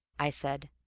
i said,